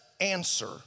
answer